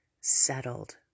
settled